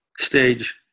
Stage